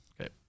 Okay